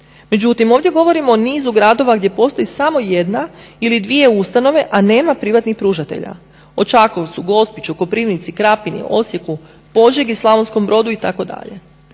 Međutim, ovdje govorimo o nizu gradova gdje postoji samo jedna ili dvije ustanove a nema privatnih pružatelja. O Čakovcu, Gospiću, Koprivnicu, Krapini, Osijeku, Požegi, Slavonskom Brodu itd.